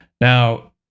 Now